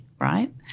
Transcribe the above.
right